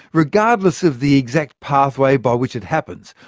regardless of the exact pathway by which it happens,